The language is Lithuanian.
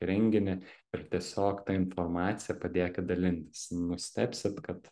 renginį ir tiesiog ta informacija padėkit dalintis nustebsit kad